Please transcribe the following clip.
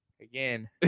Again